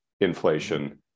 inflation